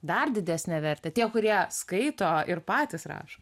dar didesnę vertę tie kurie skaito ir patys rašo